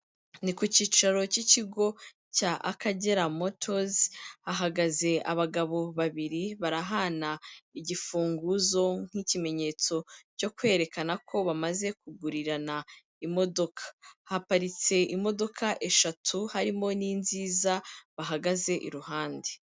Ni ku cyicaro cy'ikigo cya Akagera motors, hahagaze abagabo babiri barahana igifunguzo nk'ikimenyetso cyo kwerekana ko bamaze kugurirana imodoka, haparitse imodoka eshatu harimo n'inziza bahagaze iruhande.